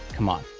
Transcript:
come on.